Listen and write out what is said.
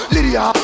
Lydia